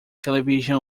television